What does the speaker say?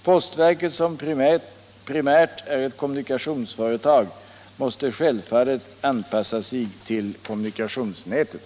Postverket, som primärt är ett kommunikationsföretag, måste självfallet anpassa sig till kommunikationsnätet.